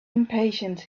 impatient